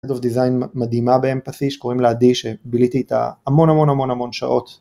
אינדופט דיזיין מדהימה באמפתי שקוראים לה עדי שביליתי איתה המון המון המון המון שעות